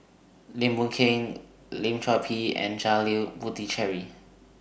Lim Boon Keng Lim Chor Pee and Janil Puthucheary